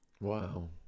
wow